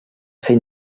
ser